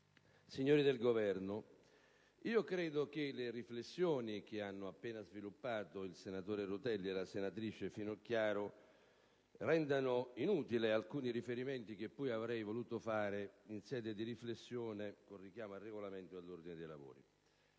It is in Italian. signori del Governo, credo che le riflessioni che hanno appena sviluppato il senatore Rutelli e la senatrice Finocchiaro rendano inutili alcuni riferimenti che pure avrei voluto fare, con richiami al Regolamento e all'ordine dei lavori.